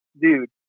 dude